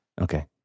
okay